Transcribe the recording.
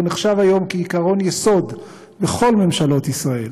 והוא נחשב היום כעקרון יסוד בכל ממשלות ישראל: